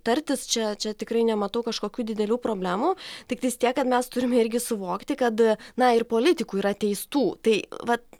tartis čia čia tikrai nematau kažkokių didelių problemų tiktais tiek kad mes turime irgi suvokti kad na ir politikų yra teistų tai vat